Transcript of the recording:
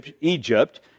Egypt